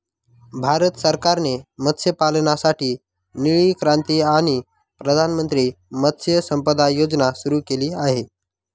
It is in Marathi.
भारत सरकारने मत्स्यपालनासाठी निळी क्रांती आणि प्रधानमंत्री मत्स्य संपदा योजना सुरू केली आहे